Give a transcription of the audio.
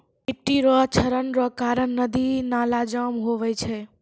मिट्टी रो क्षरण रो कारण नदी नाला जाम हुवै छै